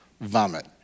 Vomit